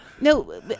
No